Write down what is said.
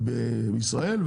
ובישראל,